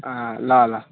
अँ ल ल